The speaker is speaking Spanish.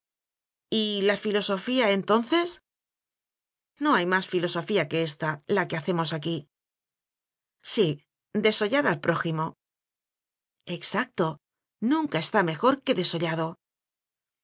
sandez y la filosofía entonces no hay más filosofía que ésta la que ha cemos aquí sí desollar al prójimo exacto nunca está mejor que desollado